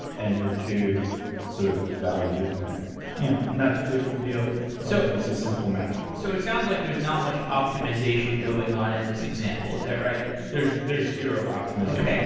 and your two sort of values and yeah not too big of a deal when so it comes to simple math so it sounds like there's not much optimization going on in this example. is that right? there's there's zero optimization.